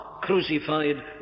crucified